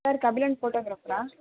sir Kapilan ஃபோட்டோக்ராஃபரா